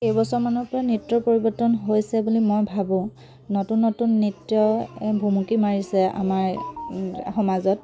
কেইবছৰমানৰ পৰা নৃত্যৰ পৰিৱৰ্তন হৈছে বুলি মই ভাবোঁ নতুন নতুন নৃত্যই ভুমুকি মাৰিছে আমাৰ সমাজত